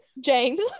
James